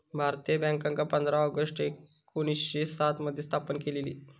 भारतीय बॅन्कांका पंधरा ऑगस्ट एकोणीसशे सात मध्ये स्थापन केलेला